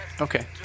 Okay